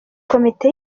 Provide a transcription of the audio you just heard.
komite